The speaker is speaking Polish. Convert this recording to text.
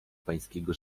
pańskiego